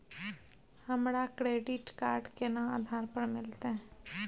हमरा credit card केना आधार पर मिलते?